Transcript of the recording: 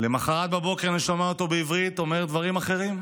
למוחרת בבוקר אני שומע אותו אומר בעברית דברים אחרים: